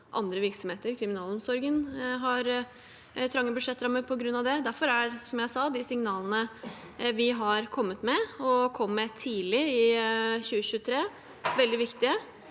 andre virksomheter. Kriminalomsorgen har trange budsjettrammer på grunn av det. Som jeg sa, er derfor de signalene vi har kommet med, og kom med tidlig i 2023, veldig viktige.